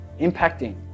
impacting